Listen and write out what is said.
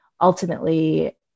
Ultimately